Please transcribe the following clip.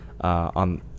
On